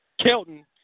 Kelton